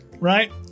right